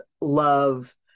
love